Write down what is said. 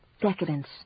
Decadence